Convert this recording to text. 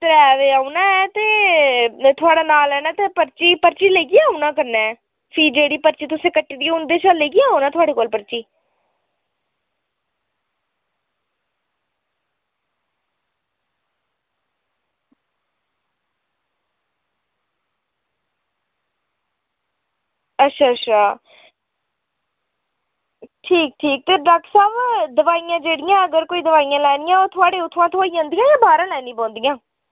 त्रै बजे औना ऐ ते थुआढ़ा नांऽ लैना ते पर्ची पर्ची लेइयै औना कन्नै फ्ही जेह्ड़ी तुसें पर्ची कट्टी दी ते उं'दे शा लेइयै औना तुंदे कोल पर्ची अच्छा अच्छा ठीक ठीक ते डाक्टर साह्ब दोआइयां जेह्ड़ियां अगर कोई दोआइयां लैनियां होन ते थुआढ़े उत्थुआं थ्होई जंदियां जां बाह्रा लैना पौंदियां